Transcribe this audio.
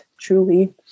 truly